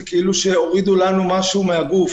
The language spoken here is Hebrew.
זה כאילו הורידו לנו משהו מהגוף.